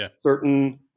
certain